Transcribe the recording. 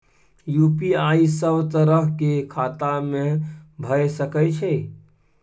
UPI सब तरह के खाता में भय सके छै?